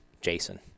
Jason